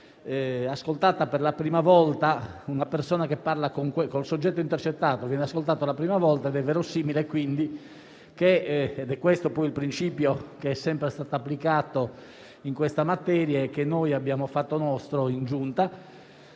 a intercettazioni telefoniche, e una persona che parla con il soggetto intercettato viene ascoltata per la prima volta: è verosimile quindi - ed è questo il principio che è sempre stato applicato in questa materia e che abbiamo fatto nostro in Giunta